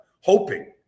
hoping